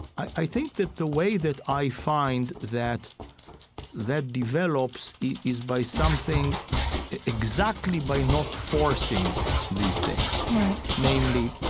i think that the way that i find that that develops is by something exactly by not forcing these things right namely,